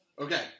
Okay